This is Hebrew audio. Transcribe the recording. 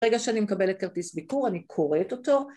ברגע שאני מקבלת כרטיס ביקור אני קוראת אותו.